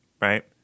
right